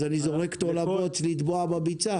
אז אני זורק אותו לבוץ לטבוע בביצה.